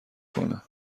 کنه